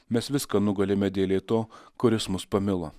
mes viską nugalime dėlei to kuris mus pamilo